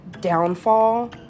downfall